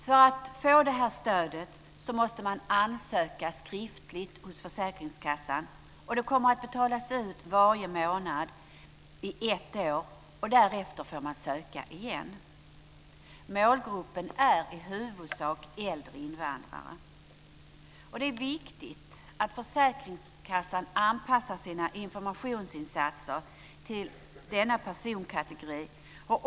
För att få det här stödet måste man ansöka skriftligt hos försäkringskassan. Det kommer att betalas ut varje månad i ett år, och därefter får man söka igen. Målgruppen är i huvudsak äldre invandrare. Det är viktigt att försäkringskassan anpassar sina informationsinsatser till denna personkategori.